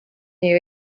nii